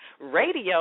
Radio